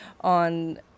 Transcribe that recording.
on